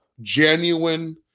genuine –